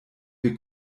wir